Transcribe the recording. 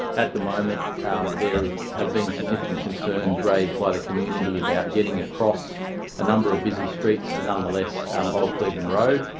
at the moment there have been significant concerns raised by the community about getting across a number of busy streets nonetheless, um old cleveland road,